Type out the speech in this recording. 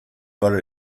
butter